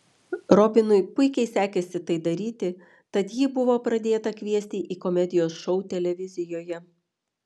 robinui puikiai sekėsi tai daryti tad jį buvo pradėta kviesti į komedijos šou televizijoje